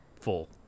full